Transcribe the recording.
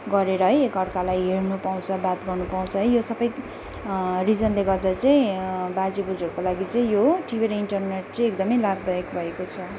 गरेर है एकअर्कालाई हेर्नु पाउँछ बात गर्नु पाउँछ है यो सबै रिजनले गर्दा चाहिँ बाजे बोजूहरूको लागि चाहिँ यो टिभी र इन्टरनेट चाहिँ एकदमै लाभदायक भएको छ